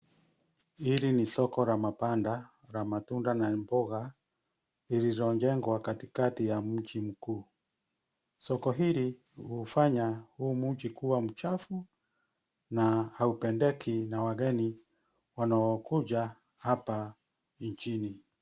Hili ni soko la mabanda la matunda na mboga, lililo jengwa katikati ya mji mkuu. Soko hili hufanya huu mji kuwa mchafu na haupendeki na wageni wanao kuja hapa nchini.